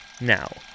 Now